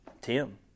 Tim